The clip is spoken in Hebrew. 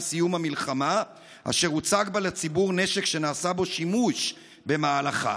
סיום המלחמה אשר הוצג בה לציבור נשק שנעשה בו שימוש במהלכה.